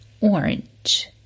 orange